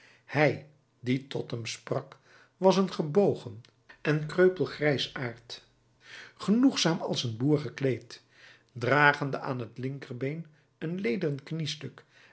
hij die tot hem sprak was een gebogen en kreupel grijsaard genoegzaam als een boer gekleed dragende aan het linkerbeen een lederen